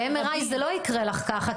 ב-MRI זה לא יקרה לך ככה,